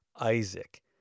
Isaac